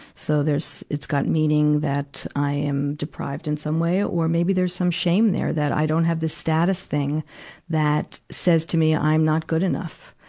so there's, it's got meaning that i am deprived in some way. or maybe there's some shame there, that i don't' have the status thing that says to me i'm not good enough.